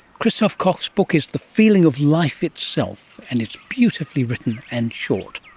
christof koch's book is the feeling of life itself, and it's beautifully written and short